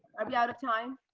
um yeah out of time?